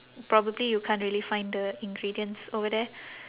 probably you can't really find the ingredients over there